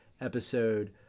episode